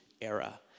era